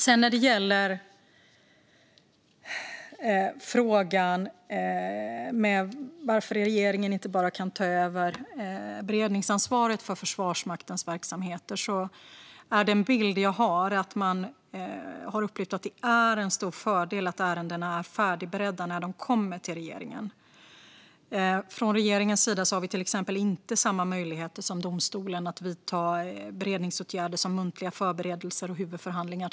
Det ställdes en fråga om varför regeringen inte bara kan ta över beredningsansvaret för Försvarsmaktens verksamheter. Den bild jag har är att man har upplevt att det är en stor fördel att ärendena är färdigberedda när de kommer till regeringen. Från regeringens sida har vi till exempel inte samma möjligheter som domstolen att vidta beredningsåtgärder som till exempel muntliga förberedelser och huvudförhandlingar.